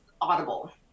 audible